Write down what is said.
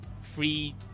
free